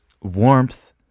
warmth